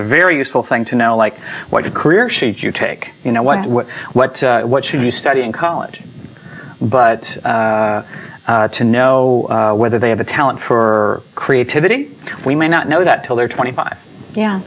a very useful thing to know like what career sheets you take you know what what what what should you study in college but to know whether they have a talent for creativity we may not know that till they're twenty five yeah